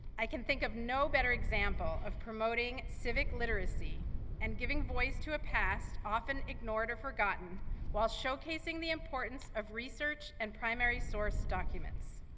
i can think of no better example of promoting civic literacy and giving voice to a past often ignored or forgotten while showcasing the importance of research and primary source documents.